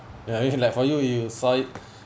ya even like for you you saw it